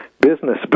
business